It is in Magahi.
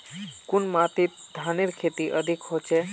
कुन माटित धानेर खेती अधिक होचे?